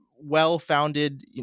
well-founded